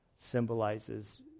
symbolizes